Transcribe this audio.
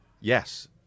Yes